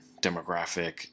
demographic